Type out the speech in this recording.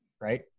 right